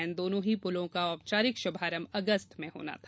इन दोनों ही पुलों का औपचारिक शुभारंभ अगस्त में होना था